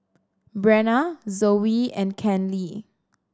Brenna Zoey and Kenley